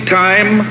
time